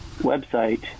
website